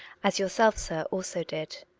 as yourself, sir, also did.